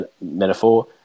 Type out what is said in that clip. metaphor